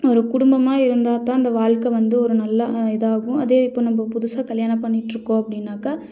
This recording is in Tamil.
ஒரு குடும்பமாக இருந்தால் தான் அந்த வாழ்க்க வந்து ஒரு நல்ல இதாக ஆகும் அதே இப்போ நம்ம புதுசாக கல்யாணம் பண்ணிட்டிருக்கோம் அப்படினாக்கா